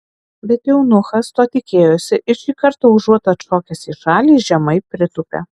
bet eunuchas to tikėjosi ir šį kartą užuot atšokęs į šalį žemai pritūpė